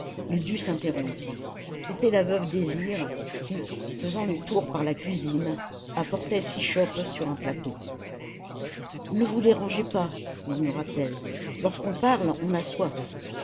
il dut s'interrompre c'était la veuve désir qui faisant le tour par la cuisine apportait six chopes sur un plateau ne vous dérangez pas murmura-t-elle lorsqu'on parle on a soif